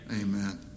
Amen